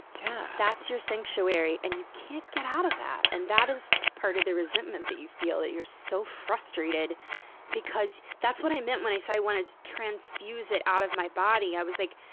yeah! that's your sanctuary, and you can't get out of that. and that is part of the resentment that you feel, that you're so frustrated because that's what i meant when i said i wanted to transfuse it out of my body. i was like,